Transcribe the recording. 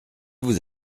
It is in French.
vous